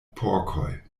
porkoj